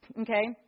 okay